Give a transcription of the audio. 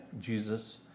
Jesus